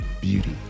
beauty